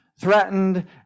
threatened